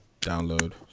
download